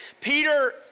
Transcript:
Peter